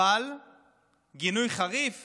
אבל גינוי חריף